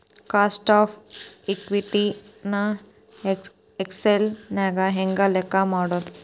Cost of equity ನ Excel ನ್ಯಾಗ ಹೆಂಗ್ ಲೆಕ್ಕಾ ಮಾಡೊದು?